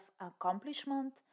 accomplishment